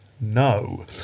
No